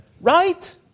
right